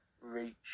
reach